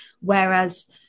Whereas